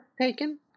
taken